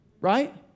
right